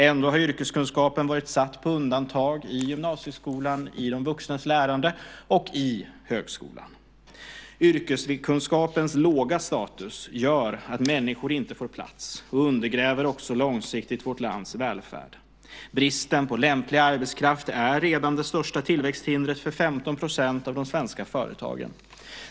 Ändå har yrkeskunskapen varit satt på undantag i gymnasieskolan, i de vuxnas lärande och i högskolan. Yrkeskunskapens låga status gör att människor inte får plats och undergräver också långsiktigt vårt lands välfärd. Bristen på lämplig arbetskraft är redan det största tillväxthindret för 15 % av de svenska företagen.